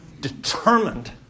determined